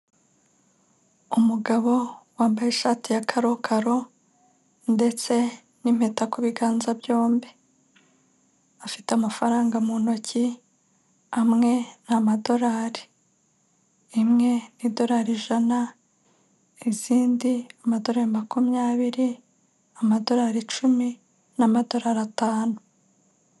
Umugabo wambaye ishati ya karokaro ndetse n'impeta kubiganza byombi, afite amafaranga mu ntoki amwe ni amadorari, imwe ni idorari ijana, izindi ni amadora makumyabiri, amadolari icumi, n'amadolari atanu.